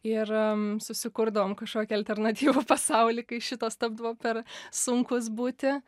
ir susikurdavom kažkokį alternatyvų pasaulį kai šitas tapdavo per sunkus būti